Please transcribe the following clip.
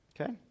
Okay